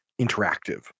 interactive